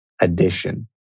addition